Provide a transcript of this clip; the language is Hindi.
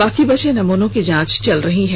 बाकी बचे नमूनों की जांच चल रही है